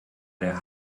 der